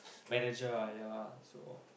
manager ah ya lah so